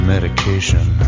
Medication